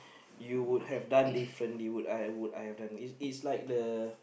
you would have done differently would I would I have done it's like the